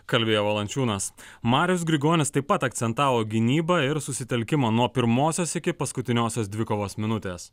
kalbėjo valančiūnas marius grigonis taip pat akcentavo gynybą ir susitelkimą nuo pirmosios iki paskutiniosios dvikovos minutės